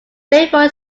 rainfall